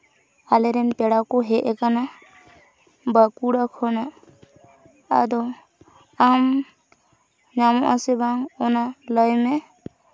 ᱟᱞᱮ ᱨᱮᱱ ᱯᱮᱲᱟ ᱠᱚ ᱦᱮᱡ ᱟᱠᱟᱱᱟ ᱵᱟᱸᱠᱩᱲᱟ ᱠᱷᱚᱱᱟᱜ ᱟᱫᱚ ᱟᱢ ᱧᱟᱢᱚᱜ ᱟᱥᱮ ᱵᱟᱝ ᱚᱱᱟ ᱞᱟᱹᱭ ᱢᱮ